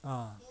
ah